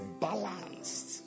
balanced